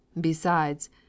Besides